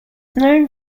known